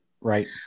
Right